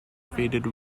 faded